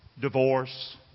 divorce